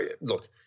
Look